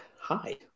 hi